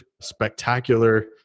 spectacular